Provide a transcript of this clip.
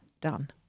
done